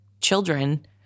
children